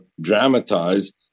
dramatized